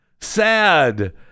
Sad